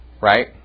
right